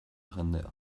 jendea